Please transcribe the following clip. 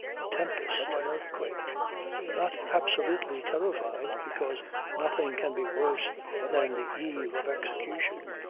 a tempest, an earthquake not absolutely terrified, because nothing can be worse than the eve of execution,